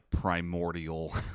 primordial